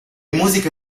musiche